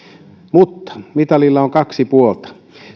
mutta mitalilla on kaksi puolta